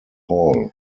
hall